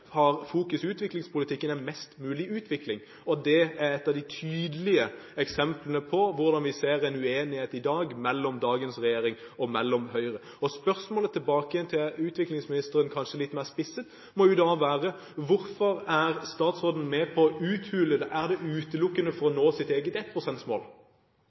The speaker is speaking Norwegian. utviklingspolitikken, er mest mulig utvikling, og det er et av de tydelige eksemplene på hvordan vi ser en uenighet i dag mellom dagens regjering og Høyre. Spørsmålet tilbake til utviklingsministeren, kanskje litt mer spisset, må være: Hvorfor er statsråden med på å uthule det? Er det utelukkende for å